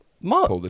Mark